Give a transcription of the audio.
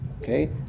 okay